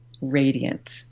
radiant